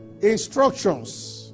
Instructions